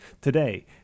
Today